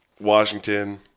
Washington